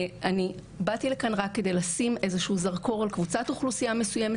אני באתי לכאן רק כדי לשים איזה שהוא זרקור על קבוצת אוכלוסייה מסוימת